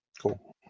Cool